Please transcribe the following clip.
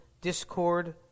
discord